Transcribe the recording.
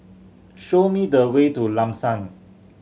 show me the way to Lam San